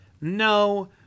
no